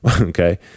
okay